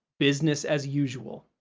business as usual.